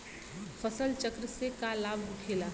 फसल चक्र से का लाभ होखेला?